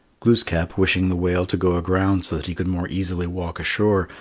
glooskap, wishing the whale to go aground so that he could more easily walk ashore,